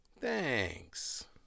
Thanks